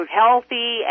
healthy